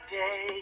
day